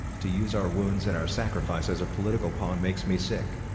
to use our wounds and our sacrifice as a political pawn makes me sick.